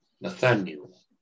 Nathaniel